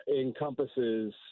encompasses